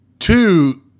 Two